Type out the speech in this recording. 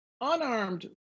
unarmed